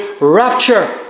rapture